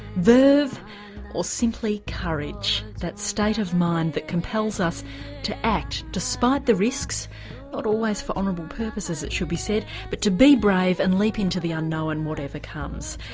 verve or simply courage, that state of mind that compels us to act despite the risks, not always for honourable purposes it should be said, but to be brave and leap into the unknown whatever comes.